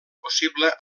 possible